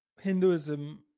Hinduism